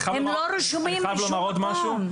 הן לא רשומות בשום מקום.